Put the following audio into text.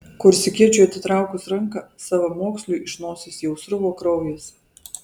korsikiečiui atitraukus ranką savamoksliui iš nosies jau sruvo kraujas